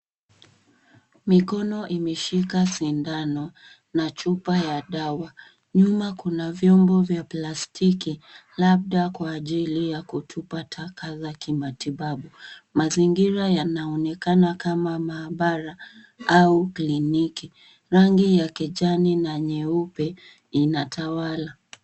Mikono imeshika sindano na chupa ya dawa. Nyuma kuna vyombo vya plastiki labda kwa ajili ya kutupa taka za kimatibabu. Mazingira yanaonekana kama maabara au kliniki. Rangi ya kijani na nyeupe inatawala.